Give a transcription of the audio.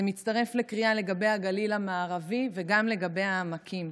זה מצטרף לקריאה לגבי הגליל המערבי וגם לגבי העמקים.